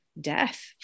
Death